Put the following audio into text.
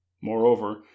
Moreover